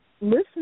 listen